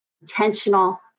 intentional